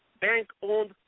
bank-owned